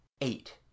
Eight